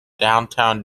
downtown